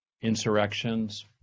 insurrections